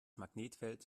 magnetfeld